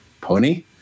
Pony